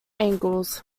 angles